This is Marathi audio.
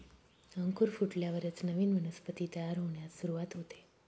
अंकुर फुटल्यावरच नवीन वनस्पती तयार होण्यास सुरूवात होते